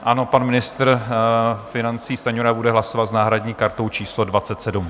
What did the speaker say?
Ano, pan ministr financí Stanjura bude hlasovat s náhradní kartou číslo 27.